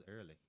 early